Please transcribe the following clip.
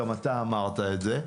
גם אתה אמרת את זה.